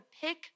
pick